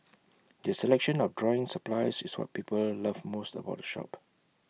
their selection of drawing supplies is what people love most about the shop